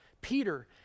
Peter